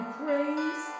praise